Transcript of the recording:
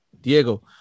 Diego